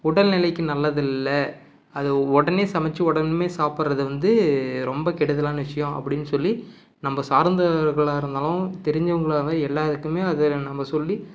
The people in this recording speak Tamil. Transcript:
உடல் நிலைக்கு நல்லது இல்லை அது உடனே சமைத்து உடனுமே சாப்பிட்றது வந்து ரொம்ப கெடுதலான விஷயம் அப்படின்னு சொல்லி நம்ம சார்ந்தவர்களாக இருந்தாலும் தெரிஞ்சவங்களாக இருந்தாலும் எல்லாருக்கும் அதை நம்ம சொல்லி